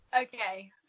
Okay